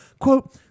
quote